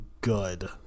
good